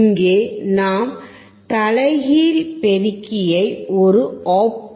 இங்கே நாம் தலைகீழ் பெருக்கியை ஒரு ஒப் ஆம்பாக பயன்படுத்துகிறோம்